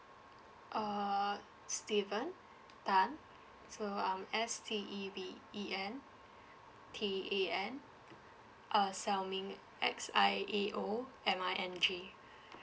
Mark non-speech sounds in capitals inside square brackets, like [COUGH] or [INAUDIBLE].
err steven tan so um S T E V E N [BREATH] T A N uh xiao ming X I A O M I N G [BREATH]